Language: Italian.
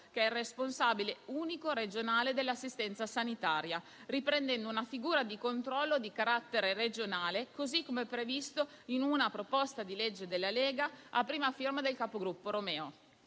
del Responsabile unico regionale dell'assistenza sanitaria (Ruas), riprendendo una figura di controllo di carattere regionale così come previsto in una proposta di legge della Lega a prima firma del capogruppo Romeo.